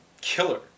killer